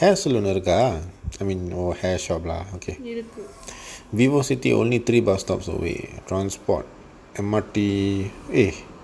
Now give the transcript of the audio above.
hair salon இருக்கா:irukaa I mean hair shop lah okay vivo city only three bus stops away transport M_R_T eh